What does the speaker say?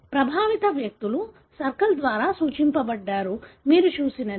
ప్రభావిత వ్యక్తులు సర్కిల్ ద్వారా సూచించబడ్డారు మీరు చూసినది